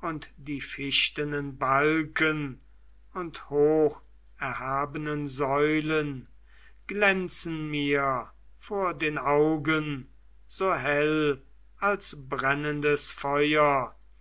und die fichtenen balken und hocherhabenen säulen glänzen mir vor den augen so hell als brennendes feuer